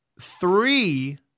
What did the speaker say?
three